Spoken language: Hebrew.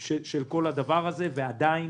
של כל הדבר הזה, ועדיין